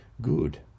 good